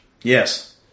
yes